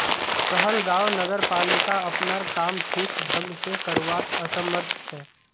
कहलगांव नगरपालिका अपनार काम ठीक ढंग स करवात असमर्थ छ